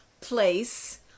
place